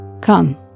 Come